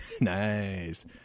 Nice